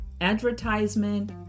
advertisement